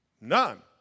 none